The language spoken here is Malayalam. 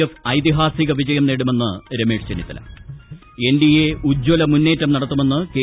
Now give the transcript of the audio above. എഫ് ഐതിഹാസിക വിജയം നേടുമെന്ന് രമേശ് ചെന്നിത്തല എൻഡിഎ ഉജ്ജല മുന്നേറ്റം നടത്തുമെന്ന് കെ